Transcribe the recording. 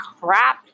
crap